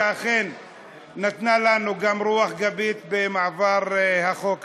שאכן נתנה לנו גם רוח גבית במעבר החוק הזה.